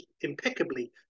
impeccably